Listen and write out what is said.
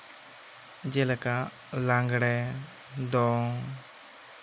ᱡᱮᱞᱮᱠᱟ ᱞᱟᱸᱜᱽᱬᱮ ᱫᱚᱝ